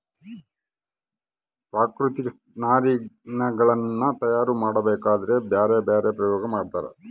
ಪ್ರಾಕೃತಿಕ ನಾರಿನಗುಳ್ನ ತಯಾರ ಮಾಡಬೇಕದ್ರಾ ಬ್ಯರೆ ಬ್ಯರೆ ಪ್ರಯೋಗ ಮಾಡ್ತರ